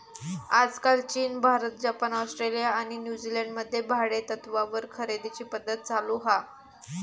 आजकाल चीन, Bharat, Japan, Australia आणि न्यूजीलंड मध्ये भाडेतत्त्वावर खरेदीची पध्दत चालु हा